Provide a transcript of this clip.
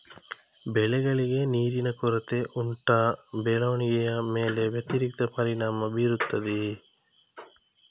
ಬೆಳೆಗಳಿಗೆ ನೀರಿನ ಕೊರತೆ ಉಂಟಾ ಬೆಳವಣಿಗೆಯ ಮೇಲೆ ವ್ಯತಿರಿಕ್ತ ಪರಿಣಾಮಬೀರುತ್ತದೆಯೇ?